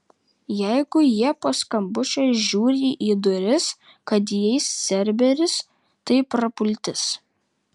jeigu jie po skambučio žiūri į duris kad įeis cerberis tai prapultis